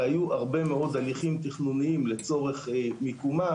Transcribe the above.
והיו הרבה מאוד הליכים תכנוניים לצורך מיקומה.